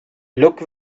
look